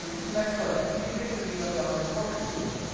next question, do you think that the us government tortures people?